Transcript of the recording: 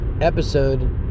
episode